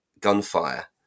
gunfire